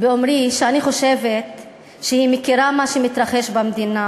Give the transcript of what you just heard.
באומרי שאני חושבת שהיא מכירה מה שמתרחש במדינה,